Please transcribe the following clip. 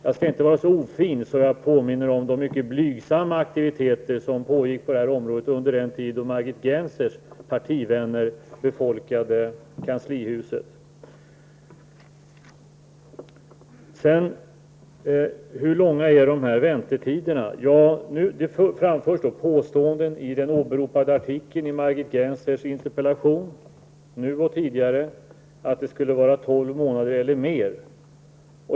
Jag skall inte vara så ofin att påminna om de blygsamma aktiviteter som pågick på skatteområdet under den tid som Margit Gennsers partivänner befolkade kanslihuset. Hur långa är väntetiderna? Det framförs påståenden i den i Margit Gennsers interpellation åberopade artikeln att det skulle vara tolv månader och mer.